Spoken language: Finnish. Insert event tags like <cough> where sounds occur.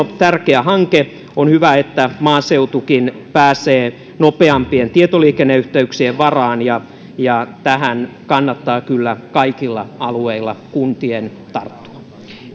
<unintelligible> tärkeä hanke on hyvä että maaseutukin pääsee nopeampien tietoliikenneyhteyksien varaan ja ja tähän kannattaa kyllä kaikilla alueilla kuntien tarttua